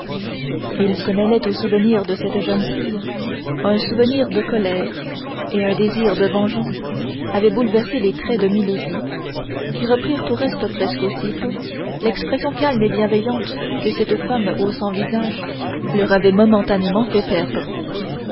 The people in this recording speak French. il se mêlait au souvenir de cette jeune fille un souvenir de colère et un désir de vengeance avait bouleversé les traits de milady qui reprirent au reste presque aussitôt l'expression calme et bienveillante que cette femme aux cent visages leur avait momentanément fait perdre